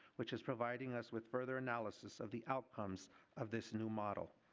which is providing us with further analysis of the outcomes of this new model.